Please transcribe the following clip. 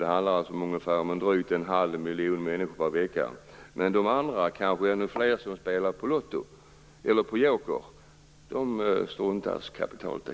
Det handlar om drygt en halv miljon människor per vecka. Men de andra, kanske ännu fler, som spelar på Lotto eller på Joker struntar man kapitalt i.